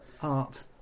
Art